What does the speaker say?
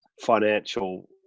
financial